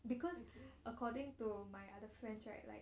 because according to my other friends right like